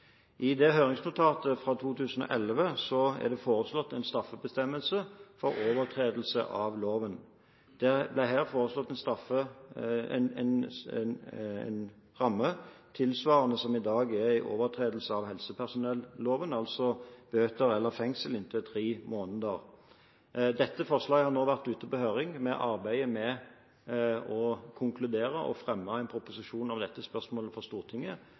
høringsnotatet fra 2011 er det foreslått en straffebestemmelse for overtredelse av loven. Det ble her foreslått en strafferamme tilsvarende den som i dag er for overtredelse av helsepersonelloven, altså bøter eller fengsel i inntil tre måneder. Dette forslaget har nå vært ute på høring. Vi arbeider med å konkludere og fremme en proposisjon om dette spørsmålet for Stortinget.